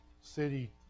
city